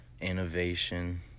innovation